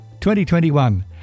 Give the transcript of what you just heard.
2021